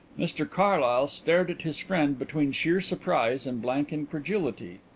mr carlyle stared at his friend between sheer surprise and blank incredulity.